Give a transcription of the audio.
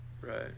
right